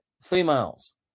females